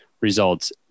results